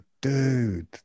dude